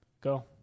Go